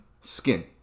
skin